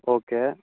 okay